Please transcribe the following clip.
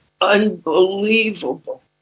unbelievable